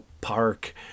park